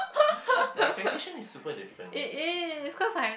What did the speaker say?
the expectation is super different